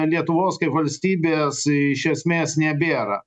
lietuvos kaip valstybės iš esmės nebėra